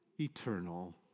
eternal